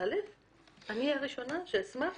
אני הראשונה שאשמח